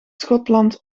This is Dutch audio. schotland